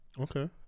Okay